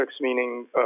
meaning